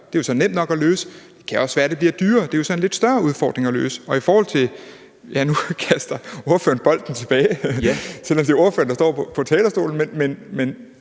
Det er jo så nemt nok at løse. Det kan også være, at det bliver dyrere, og det er så en lidt større udfordring at løse. Nu kaster ordføreren jo bolden tilbage, selv om det er ordføreren, der står på talerstolen, men